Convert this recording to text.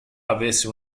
avesse